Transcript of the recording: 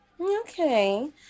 okay